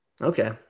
Okay